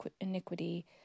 iniquity